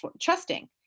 trusting